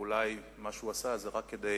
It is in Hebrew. ואולי הוא עשה מה שעשה רק כדי